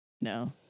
no